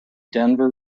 denver